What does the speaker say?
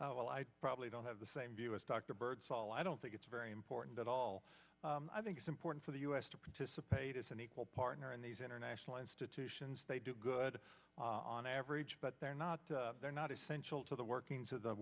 miller well i probably don't have the same view as dr birdsall i don't think it's very important at all i think it's important for the us to participate as an equal partner in these international institutions they do good on average but they're not they're not essential to the workings of the